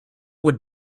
would